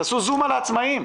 תעשו זום על העצמאים,